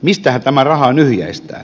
mistähän tämä raha nyhjäistään